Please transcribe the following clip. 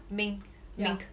mink mink